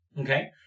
Okay